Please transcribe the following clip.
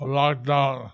lockdown